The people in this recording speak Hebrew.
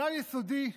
כלל יסודי,